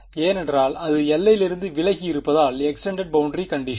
ஏனென்றால் அது எல்லையிலிருந்து விலகி இருப்பதால் எக்ஸ்டெண்டட் பௌண்டரி கண்டிஷன்